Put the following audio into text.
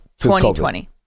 2020